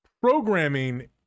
programming